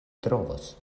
trovos